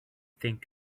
think